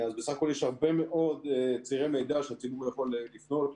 אז בסך הכול יש הרבה מאוד צירי מידע שהציבור יכול לפנות,